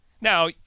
Now